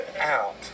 out